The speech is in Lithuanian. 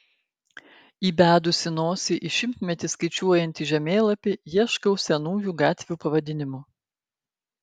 įbedusi nosį į šimtmetį skaičiuojantį žemėlapį ieškau senųjų gatvių pavadinimų